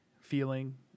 feeling